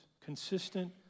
Consistent